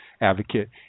advocate